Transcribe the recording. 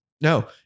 No